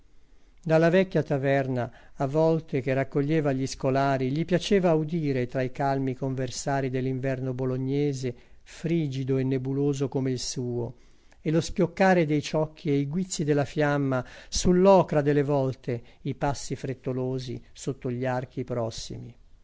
dalla vecchia taverna a volte che raccoglieva gli scolari gli piaceva udire tra i calmi conversari dell'inverno bolognese frigido e nebuloso come il suo e lo schioccare dei ciocchi e i guizzi della fiamma sull'ocra delle volte i passi frettolosi sotto gli archi prossimi